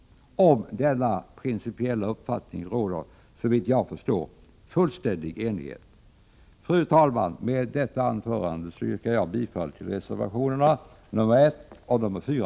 Om denna principiella uppfattning råder — såvitt jag förstår — fullständig enighet. Fru talman! Med detta anförande yrkar jag bifall till reservationerna nr 1 och 4.